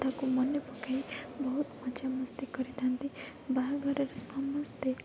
କଥାକୁ ମନେ ପକାଇ ବହୁତ ମଜାମସ୍ତି କରିଥାଆନ୍ତି ବାହାଘରରେ ସମସ୍ତେ